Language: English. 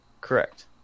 Correct